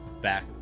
Back